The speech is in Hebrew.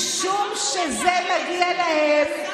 הם מופקרים בלב שטח עוין.